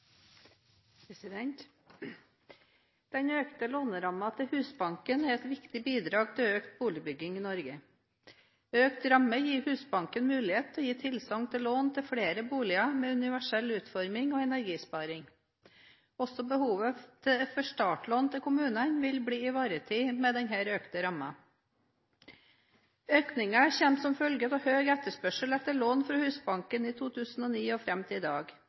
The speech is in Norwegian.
boligmarkedet. Den økte lånerammen til Husbanken er et viktig bidrag til økt boligbygging i Norge. Økt ramme gir Husbanken mulighet til å gi tilsagn til lån til flere boliger med universell utforming og energisparing. Også behovet for startlån til kommunene vil bli ivaretatt med denne økte rammen. Økningen kommer som følge av høy etterspørsel etter lån fra Husbanken i 2009 og fram til i dag.